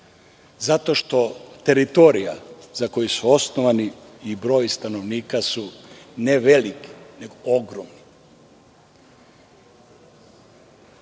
Zato što teritorija za koju su osnovani i broj stanovnika su ne velik, nego